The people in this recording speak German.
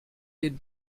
den